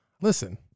listen